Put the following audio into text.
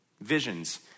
visions